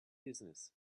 business